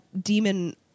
demon